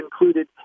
included